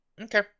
Okay